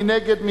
מי נגד?